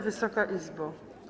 Wysoka Izbo!